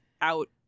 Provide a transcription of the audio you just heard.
out